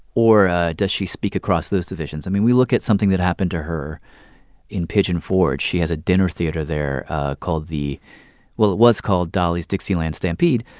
or does she speak across those divisions? i mean, we look at something that happened to her in pigeon forge. she has a dinner theater there called the well, it was called dolly's dixieland stampede.